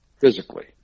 Physically